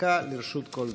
דקה לרשות כל דובר.